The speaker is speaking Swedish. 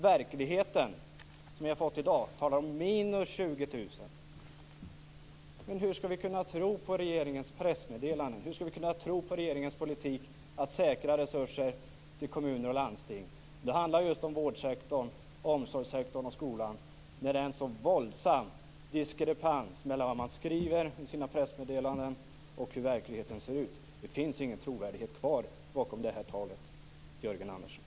Verkligheten, som vi har fått veta i dag, talar om - 20.000. Hur skall vi kunna tro på regeringens pressmeddelanden? Hur skall vi kunna tro på regeringens politik att säkra resurser till kommuner och landsting - det handlar just om vårdsektorn, omsorgssektorn och skolan - när det är en sådan våldsam diskrepans mellan vad man skriver i sina pressmeddelanden och hur verkligheten ser ut? Det finns ingen trovärdighet kvar bakom det här talet, Jörgen Andersson.